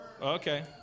Okay